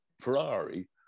Ferrari